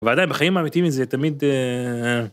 ועדיין בחיים האמיתיים זה תמיד...